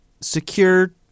secure